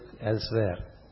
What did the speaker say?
elsewhere